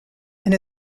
and